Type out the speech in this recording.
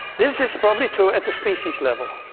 this is probably true at the species level,